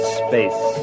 space